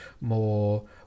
more